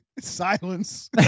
silence